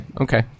Okay